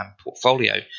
portfolio